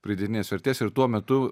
pridėtinės vertės ir tuo metu